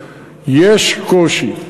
יש קושי.